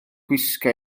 gwisgo